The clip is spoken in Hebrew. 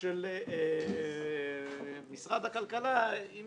של משרד הכלכלה עם